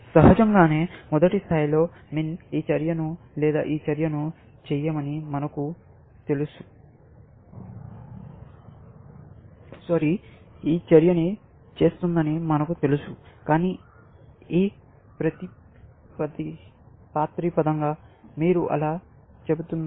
సహజంగానే మొదటి స్థాయిలో MAX ఈ చర్యను లేదా ఈ చర్యను చేస్తుందని మనకు తెలుసు కానీ ఏ ప్రాతిపదికన మీరు అలా చెబుతున్నారు